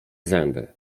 zęby